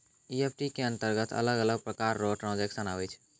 EFT के अंतरगत अलग अलग प्रकार रो ट्रांजेक्शन आवै छै